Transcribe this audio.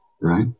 right